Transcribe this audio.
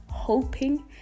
hoping